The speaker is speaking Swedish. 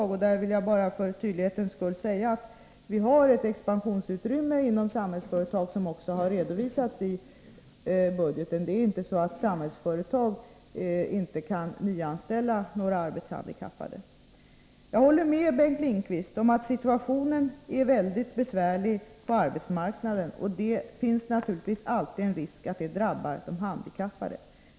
I fråga om detta vill jag för tydlighetens skull säga att vi har ett expansionsutrymme inom Samhällsföretag, vilket också har redovisats i budgeten. Det är inte så att Samhällsföretag inte kan nyanställa några arbetshandikappade. Jag håller med Bengt Lindqvist om att situationen är mycket besvärlig på arbetsmarknaden, och det finns naturligtvis alltid en risk för att det drabbar de handikappade.